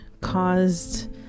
caused